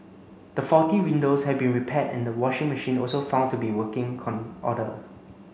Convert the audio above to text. the faulty windows had been repaired and the washing machine also found to be working order